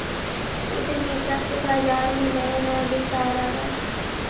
उद्यमिता से बाजार में नया नया विचार आवऽ हइ